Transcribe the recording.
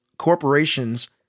corporations